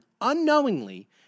unknowingly